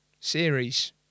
series